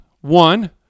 One